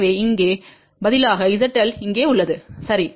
எனவே இங்கே பதிலாக ZL இங்கே உள்ளது சரி